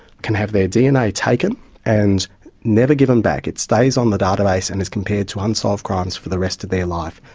can have their dna taken and never given back, it stays on the database and is compared to unsolved crimes for the rest of their life,